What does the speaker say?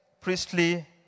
priestly